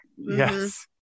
Yes